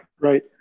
Right